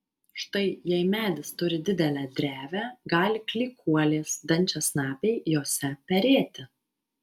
štai jei medis turi didelę drevę gali klykuolės dančiasnapiai jose perėti